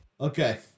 Okay